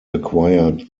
acquired